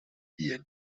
hun